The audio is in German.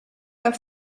der